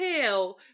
hell